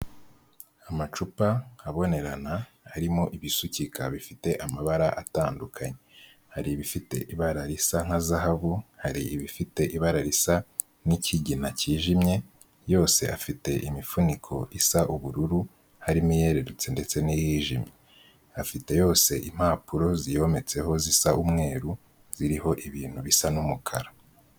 Amacupa abonerana, harimo ibisukika bifite amabara atandukanye. Hari ibifite ibara risa nka zahabu, hari ibifite ibara risa n'ikigina cyijimye, yose afite imifuniko isa ubururu, harimo iyerurutse ndetse n'iyijimye. Afite yose impapuro ziyometseho zisa umweru, ziriho ibintu bisa n'umukara.